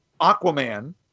Aquaman